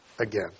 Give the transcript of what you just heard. again